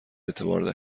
اعتبار